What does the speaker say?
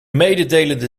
mededelende